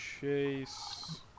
Chase